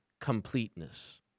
Completeness